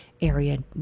area